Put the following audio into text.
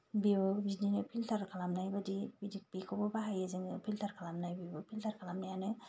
बेयो बिदिनो फिल्टार खालामनाय बायदि बेखौबो बाहायो जोङो फिल्टार खालामनाय बेबो फिल्टार खालामनायानो